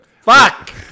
Fuck